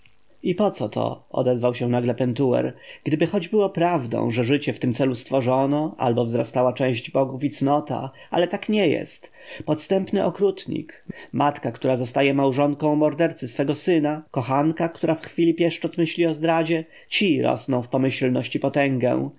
i poco to nagle odezwał się pentuer gdyby choć było prawdą że życie w tym celu stworzono aby wzrastała cześć bogów i cnota ale tak nie jest podstępny okrutnik matka która zostaje małżonką mordercy swego syna kochanka która w chwili pieszczot myśli o zdradzie ci rosną w pomyślność i potęgę